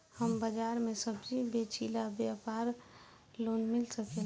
हमर बाजार मे सब्जी बेचिला और व्यापार लोन मिल सकेला?